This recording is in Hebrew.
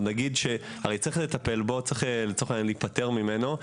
הרי צריך לטפל בו ולהיפטר ממנו.